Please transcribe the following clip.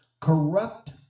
corrupt